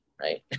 right